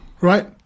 Right